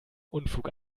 unfug